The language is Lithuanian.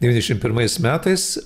dvidešim pirmais metais